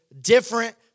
different